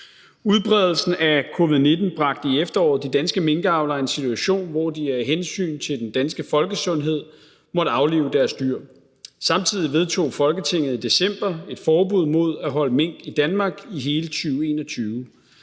Udbredelsen af covid-19 bragte i efteråret de danske minkavlere i en situation, hvor de af hensyn til den danske folkesundhed måtte aflive deres dyr. Samtidig vedtog Folketinget i december et forbud mod at holde mink i Danmark i hele 2021.